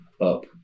up